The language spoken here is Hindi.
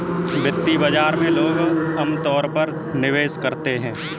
वित्तीय बाजार में लोग अमतौर पर निवेश करते हैं